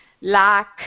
lack